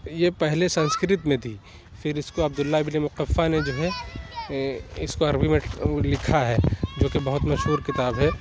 یہ پہلے سنسکرت میں تھی پھر اِس کو عبداللہ ابن مقفع نے جو ہے اِس کو عربی میں لکھا ہے جو کہ بہت مشہور کتاب ہے